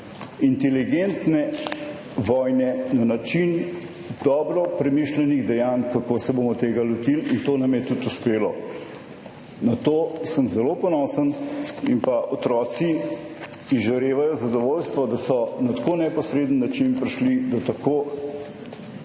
inteligentne vojne, na način dobro premišljenih dejanj, kako se bomo tega lotili, in to nam je tudi uspelo. Na to sem zelo ponosen. In otroci izžarevajo zadovoljstvo, da so na tako neposreden način prišli do tako